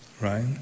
Right